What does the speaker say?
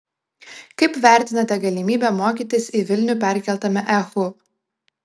kaip vertinate galimybę mokytis į vilnių perkeltame ehu